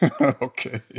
Okay